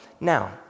Now